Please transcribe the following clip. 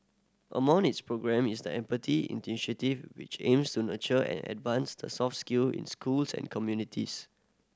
among its programme is the Empathy Initiative which aims to nurture and advance the soft skill in schools and communities